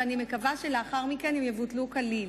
ואני מקווה שלאחר מכן הם יבוטלו כליל,